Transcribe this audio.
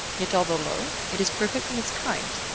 yet although low, it is perfect in its kind,